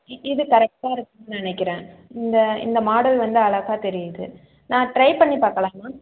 இ இது கரெக்டாக இருக்கும்ன்னு நினைக்கிறேன் இந்த இந்த மாடல் வந்து அழகா தெரியுது நான் ட்ரைப் பண்ணிப் பார்க்கலாமா